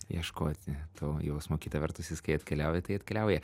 ieškoti to jausmo kita vertus jis kai atkeliauja tai atkeliauja